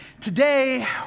Today